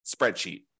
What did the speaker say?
spreadsheet